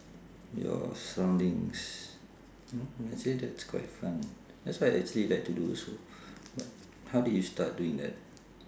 your surroundings actually that's quite fun that's what actually I like to do also but how did you start doing that